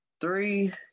three